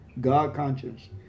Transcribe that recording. God-conscious